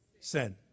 sin